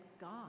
God